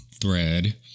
thread